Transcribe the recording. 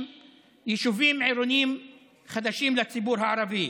יישובים עירוניים חדשים לציבור הערבי?